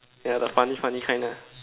yeah the funny funny kind lah